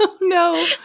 No